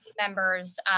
members